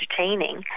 entertaining